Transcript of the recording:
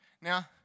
Now